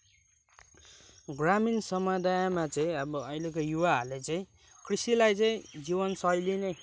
ग्रामीण समुदायमा चाहिँ अब अहिलेको युवाहरूले चाहिँ कृषिलाई चाहिँ जीवनशैली नै